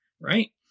right